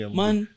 man